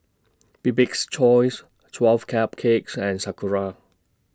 Bibik's Choice twelve Cupcakes and Sakura